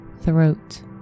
throat